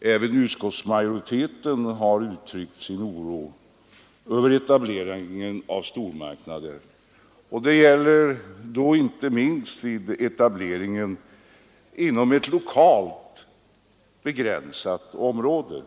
även utskottsmajoriteten har uttryckt sin oro över etableringen av stormarknader. Det gäller då inte minst vid etableringen inom ett lokalt begränsat område.